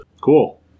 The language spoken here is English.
Cool